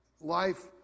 life